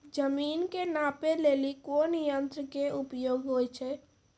जमीन के नापै लेली कोन यंत्र के उपयोग होय छै?